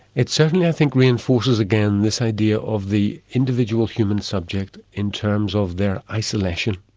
it certainly i think reinforces again this idea of the individual human subject in terms of their isolation.